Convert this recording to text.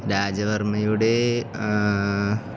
രാജവർമ്മയുടെ